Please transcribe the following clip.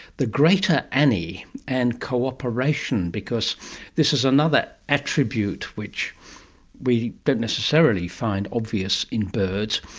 the greater ani and cooperation, because this is another attribute which we don't necessarily find obvious in birds,